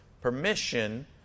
permission